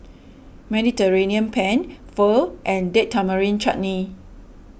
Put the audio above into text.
Mediterranean Penne Pho and Date Tamarind Chutney